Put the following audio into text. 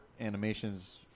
animations